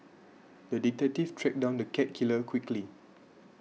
the detective tracked down the cat killer quickly